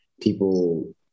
people